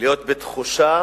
להיות בתחושה